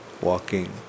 walking